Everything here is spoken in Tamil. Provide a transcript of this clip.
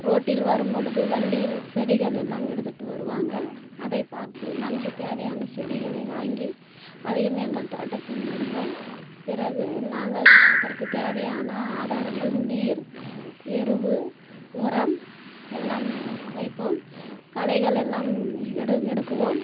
ரோட்டில் வரும் பொழுது வண்டியில் செடிகள் எல்லாம் எடுத்துகிட்டு வருவாங்க அதை பார்த்து நமக்கு தேவையான செடிகளை வாங்கி அதையும் எங்கள் தோட்டத்தில் நடுவோம் பிறகு நாங்கள் அதற்கு தேவையான ஆதாரங்கள் நீர் எருவு உரம் எல்லாம் வைப்போம் களைகள் எல்லாம் எடு எடுக்குவோம்